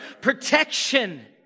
protection